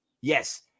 Yes